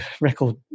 record